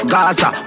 Gaza